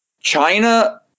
China